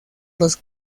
los